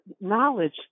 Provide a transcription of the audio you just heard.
knowledge